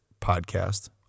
podcast